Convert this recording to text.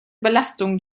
belastung